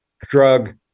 drug